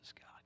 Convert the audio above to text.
God